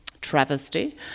travesty